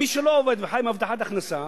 מי שלא עובד וחי מהבטחת הכנסה,